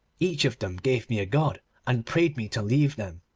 each of them gave me a god and prayed me to leave them.